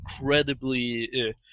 incredibly